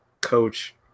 Coach